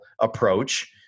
approach